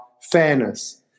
fairness